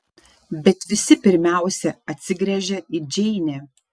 bet visi pirmiausia atsigręžia į džeinę